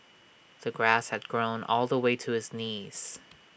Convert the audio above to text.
the grass had grown all the way to his knees